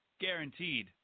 Guaranteed